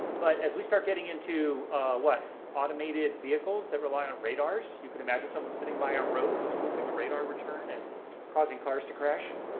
but as we start getting into automated vehicles that rely on radars, you can imagine somebody sitting by a road and spoofing a radar return and causing cars to crash.